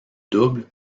double